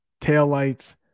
taillights